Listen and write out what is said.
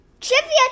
trivia